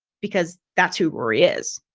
because that's who rory is,